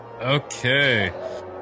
Okay